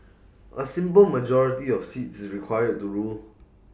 A simple majority of seats is required to rule